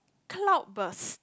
cloudpress